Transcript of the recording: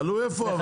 אבל תלוי איפה.